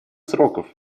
сроков